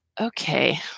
okay